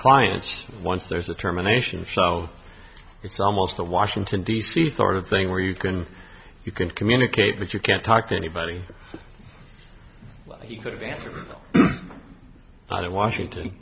clients once there's a terminations so it's almost a washington d c sort of thing where you can you can communicate but you can't talk to anybody he could answer either washington